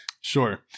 Sure